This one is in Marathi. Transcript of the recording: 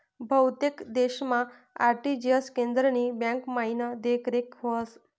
बहुतेक देशमा आर.टी.जी.एस केंद्रनी ब्यांकमाईन देखरेख व्हस